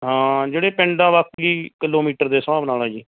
ਹਾਂ ਜਿਹੜੇ ਪਿੰਡ ਆ ਬਾਕੀ ਕਿਲੋਮੀਟਰ ਦੇ ਹਿਸਾਬ ਨਾਲ ਆ ਜੀ